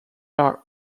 are